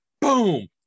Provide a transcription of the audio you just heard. boom